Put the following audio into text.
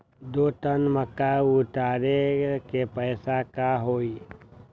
दो टन मक्का उतारे के पैसा का होई?